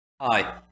Hi